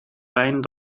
pijn